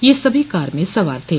ये सभी कार में सवार थे